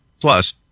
Plus